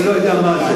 אני לא יודע מה זה.